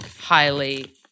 highly